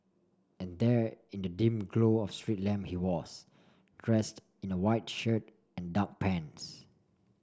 and there in the dim glow of street lamp he was dressed in a white shirt and dark pants